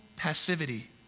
passivity